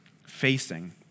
facing